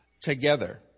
together